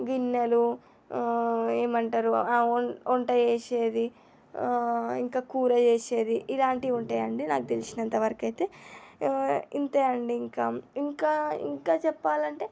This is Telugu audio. గిన్నెలు ఏమంటారు ఆ వం వంట చేసేది ఇంకా కూర చేసేది ఇలాంటివి ఉంటాయండి నాకు తెలిసినంతవరకైతే ఇంతే అండి ఇంకా ఇంకా ఇంకా చెప్పాలంటే